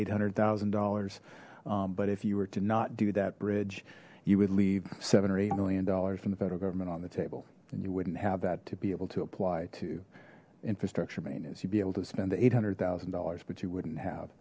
eight hundred thousand dollars but if you were to not do that bridge you would leave seven or eight million dollars from the federal government on the table and you wouldn't have that to be able to apply to infrastructure maintenance you'd be able to spend the eight hundred thousand dollars but you wouldn't have